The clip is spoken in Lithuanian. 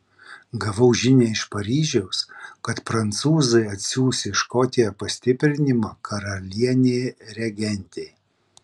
gavau žinią iš paryžiaus kad prancūzai atsiųs į škotiją pastiprinimą karalienei regentei